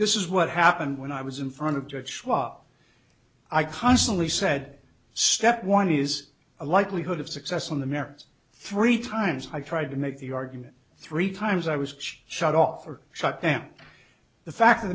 this is what happened when i was in front of judge swap i constantly said step one is a likelihood of success on the merits three times i tried to make the argument three times i was shut off or shut down the fact of